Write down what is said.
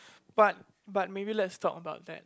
but but maybe let's talk about that